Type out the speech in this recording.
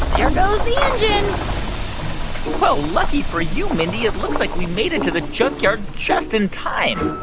um well, lucky for you, mindy it looks like we made it to the junkyard just in time